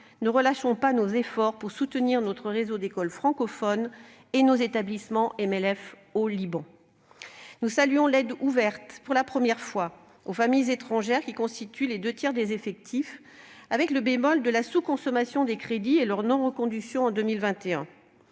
ne relâchons pas nos efforts pour soutenir notre réseau d'écoles francophones et nos établissements de la MLF au Liban. Nous saluons également l'ouverture, pour la première fois, de l'aide aux familles étrangères, qui constituent les deux tiers des effectifs, avec un bémol : celui de la sous-consommation des crédits et de leur non-reconduction en 2021.